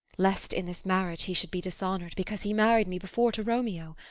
lest in this marriage he should be dishonour'd, because he married me before to romeo?